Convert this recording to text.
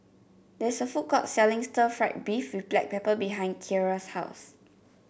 there is a food court selling Stir Fried Beef with Black Pepper behind Keara's house